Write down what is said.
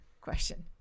question